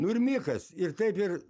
nu ir michas ir kaip ir